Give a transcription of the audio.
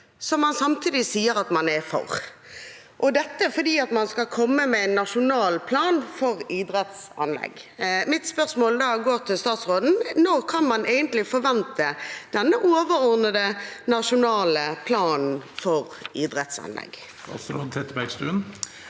som man samtidig sier at man er for – og dette fordi man skal komme med en nasjonal plan for idrettsanlegg. Mitt spørsmål blir da til statsråden: Når kan man egentlig forvente denne overordnede nasjonale planen for idrettsanlegg?